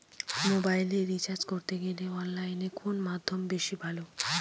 মোবাইলের রিচার্জ করতে গেলে অনলাইনে কোন মাধ্যম বেশি ভালো?